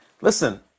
listen